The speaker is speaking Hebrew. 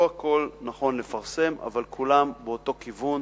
לא הכול נכון לפרסם, אבל כולם באותו כיוון